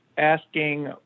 asking